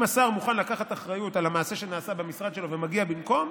אם השר מוכן לקחת אחריות על המעשה שנעשה במשרד שלו ומגיע במקום,